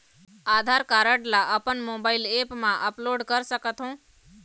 आधार card ला अपन mobile app मा अपलोड कर सकथों?